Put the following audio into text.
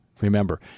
remember